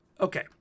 okay